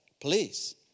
Please